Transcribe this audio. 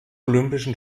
olympischen